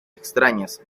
extrañas